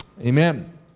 Amen